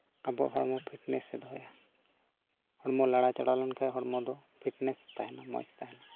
ᱟᱵᱚᱣᱟᱜ ᱦᱚᱲᱢᱚ ᱯᱷᱤᱴᱱᱮᱹᱥᱮ ᱫᱚᱦᱚᱭᱟ ᱦᱚᱲᱢᱚ ᱞᱟᱲᱟᱣ ᱪᱟᱲᱟᱣ ᱞᱮᱱᱠᱷᱟᱱ ᱦᱚᱲᱢᱚ ᱫᱚ ᱦᱚᱲᱢᱚ ᱫᱚ ᱯᱷᱤᱴᱱᱮᱹᱥ ᱛᱟᱦᱮᱱᱟ ᱢᱚᱡᱽ ᱛᱟᱦᱮᱱᱟ